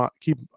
keep